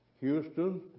Houston